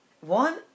One